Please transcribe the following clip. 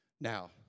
Now